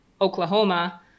Oklahoma